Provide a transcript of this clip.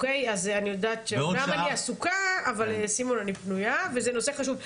אני אמנם עסוקה, אבל זה נושא חשוב.